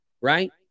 right